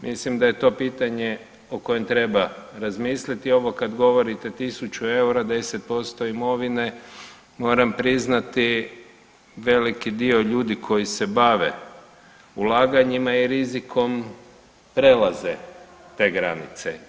Mislim da je to pitanje o kojem treba razmislit, ovo kad govorite tisuću eura 10% imovine, moram priznati veliki dio ljudi koji se bave ulaganjima i rizikom prelaze te granice.